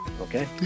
Okay